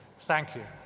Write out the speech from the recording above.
thank you.